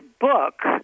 book